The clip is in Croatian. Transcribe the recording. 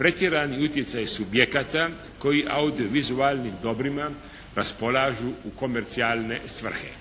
pretjerani utjecaj subjekata koji audiovizualnim dobrima raspolažu u komercijalne svrhe.